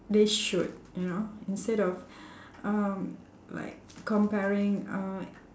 they should you know instead of um like comparing uh